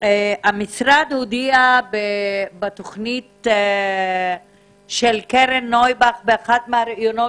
המשרד הודיע בתכנית של קרן נויבך באחד מהראיונות